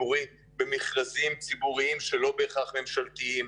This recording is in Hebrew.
ציבורי היום במכרזים ציבוריים שהם לא בהכרח ממשלתיים,